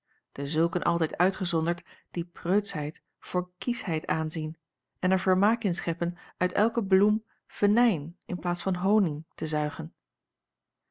dezulken altijd uitgezonderd die preutsheid voor kiesheid aanzien en er vermaak in scheppen uit elke bloem venijn in plaats van honig te zuigen